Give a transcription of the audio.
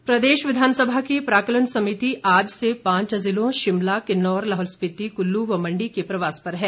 समिति प्रदेश विधानसभा की प्राक्कलन समिति आज से पांच जिलों शिमला किन्नौर लाहौल स्पिति कुल्लू व मंडी के प्रवास पर है